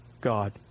God